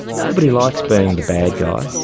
nobody likes being the bad guy.